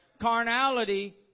Carnality